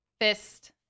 Fist